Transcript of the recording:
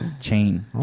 chain